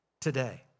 today